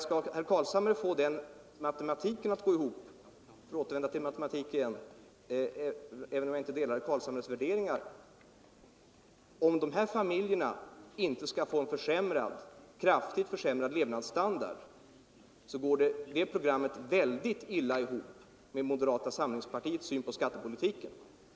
Om herr Carlshamre skall få den matematiken att gå ihop — för att återvända till ämnet matematik, och gå in på herr Carlshamres förslag även om jag inte delar hans värderingar — och om dessa familjer inte skall få en kraftigt försämrad levnadsstandard, så går det programmet synnerligen illa ihop med moderata sam lingspartiets syn på skattepolitiken!